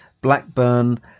Blackburn